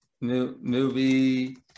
Movie